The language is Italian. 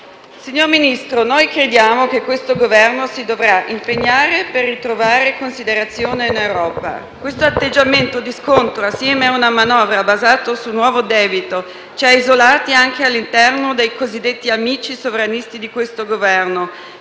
Signor Ministro, noi crediamo che questo Governo si dovrà impegnare per ritrovare considerazione in ambito comunitario. Questo atteggiamento di scontro, unitamente a una manovra basata su nuovo debito, ci ha isolati anche all'interno dei cosiddetti amici sovranisti di questo Governo,